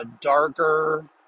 darker